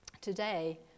today